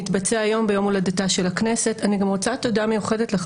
מתקיים היום, ביום הולדתה של הכנסת.